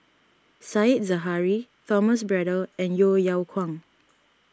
Said Zahari Thomas Braddell and Yeo Yeow Kwang